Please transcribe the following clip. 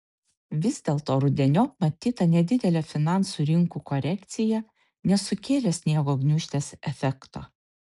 vis dėlto rudeniop matyta nedidelė finansų rinkų korekcija nesukėlė sniego gniūžtės efekto